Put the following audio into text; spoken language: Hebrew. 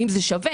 האם זה שווה?